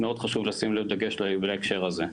מאוד חשוב לשים דגש בהקשר הזה.